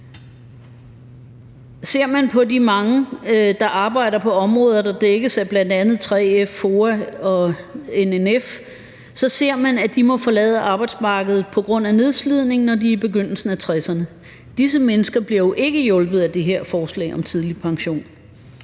Ser man på de mange, der arbejder på områder, der dækkes af bl.a. 3F, FOA og NNF, så ser man, at de må forlade arbejdsmarkedet på grund af nedslidning, når de er i begyndelsen af 60’erne. Disse mennesker bliver jo ikke hjulpet af det her forslag om tidlig pension.